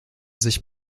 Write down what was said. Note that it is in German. sich